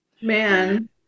Man